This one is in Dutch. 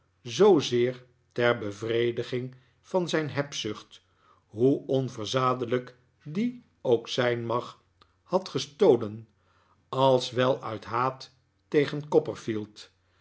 zoozeer ter bevrediging van zijn hebzucht hoe onverzadelijk die ook zijn mag had gestolen als wel uit haat tegen